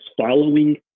following